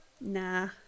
Nah